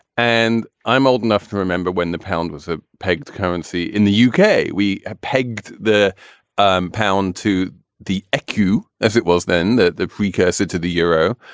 and i'm old enough to remember when the pound was a pegged currency in the u k. we ah pegged the um pound to the acu as it was then. the. precursor to the euro.